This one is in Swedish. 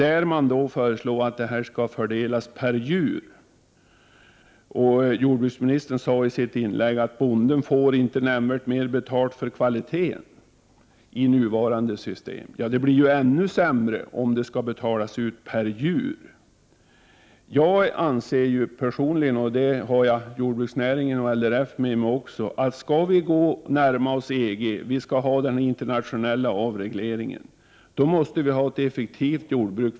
Man föreslår att stödet skall fördelas per djur. Jordbruksministern sade i sitt inlägg att bonden inte får nämnvärt mer betalt för kvaliteten enligt nuvarande system. Ja, det blir ju ännu sämre om stödet skall betalas ut per djur. Jag anser personligen — och jag har jordbruksnäringen och LRF med mig i det avseendet — att om vi skall närma oss EG, om vi skall ha den internationella avregleringen, måste vi ha ett effektivt jordbruk.